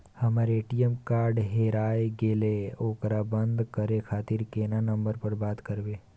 हमर ATM card हेराय गेले ओकरा बंद करे खातिर केना नंबर पर बात करबे?